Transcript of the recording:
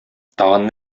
тагын